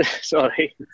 Sorry